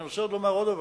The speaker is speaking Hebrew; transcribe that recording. אני רוצה לומר עוד דבר.